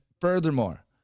furthermore